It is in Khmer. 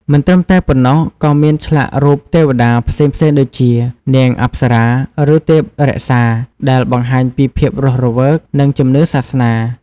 មិនត្រឹមតែប៉ុណ្ណោះ ក៏មានឆ្លាក់រូបទេវតាផ្សេងៗដូចជា នាងអប្សរា ឬទេពរក្សា ដែលបង្ហាញពីភាពរស់រវើក និងជំនឿសាសនា។